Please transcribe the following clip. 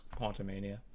Quantumania